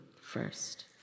first